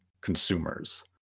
consumers